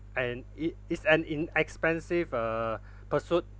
and it is an inexpensive err pursuit